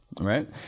right